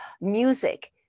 music